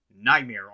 Nightmare